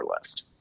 list